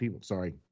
sorry